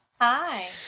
Hi